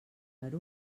per